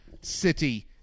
City